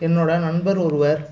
என்னோடய நண்பர் ஒருவர்